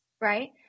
right